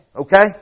okay